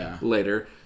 later